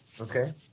okay